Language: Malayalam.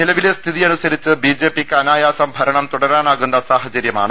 നിലവിലെ സ്ഥിതി അനുസരിച്ച് ബിജെപിക്ക് അനായാസം ഭരണം തുടരാനാകുന്ന സാഹചര്യമാണ്